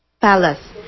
palace